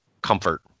comfort